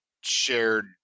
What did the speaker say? shared